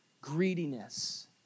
greediness